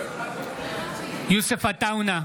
נגד יוסף עטאונה,